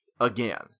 again